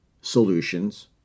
solutions